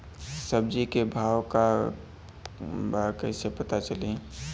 सब्जी के भाव का बा कैसे पता चली?